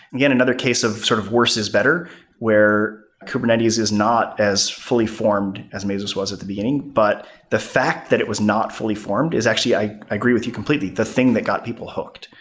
again, another case of sort of worse is better where kubernetes is not as fully formed as mesos was at the beginning, but the fact that it was not fully formed is actually i agree with you completely. the thing that got people hooked,